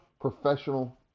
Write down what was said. professional